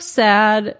sad